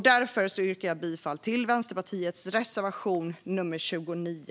Därför yrkar jag bifall till Vänsterpartiets reservation 29.